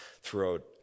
throughout